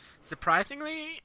Surprisingly